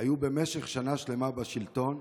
היו במשך שנה שלמה בשלטון,